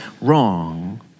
wrong